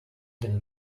been